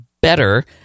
better